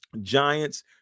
Giants